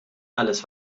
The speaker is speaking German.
alles